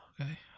Okay